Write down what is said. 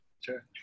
Sure